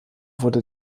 wurde